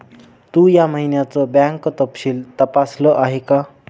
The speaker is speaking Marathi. तू या महिन्याचं बँक तपशील तपासल आहे का?